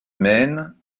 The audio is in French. maine